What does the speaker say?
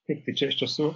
taip kaip čia iš tiesų